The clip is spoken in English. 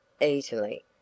easily